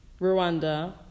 Rwanda